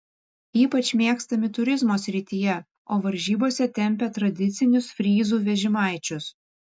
ypač mėgstami turizmo srityje o varžybose tempia tradicinius fryzų vežimaičius